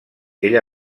ella